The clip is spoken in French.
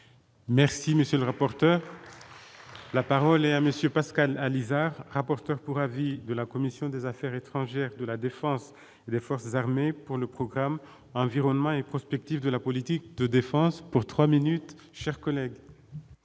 Merci, monsieur le rapporteur. La parole est à monsieur Pascal Alizart, rapporteur pour avis de la commission des Affaires étrangères de la Défense et des forces armées pour le programme environnement et prospective de la politique de défense pour 3 minutes chers collègues.